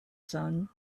sun